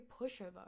pushover